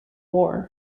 war